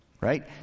Right